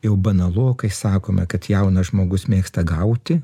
jau banalokai sakome kad jaunas žmogus mėgsta gauti